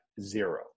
zero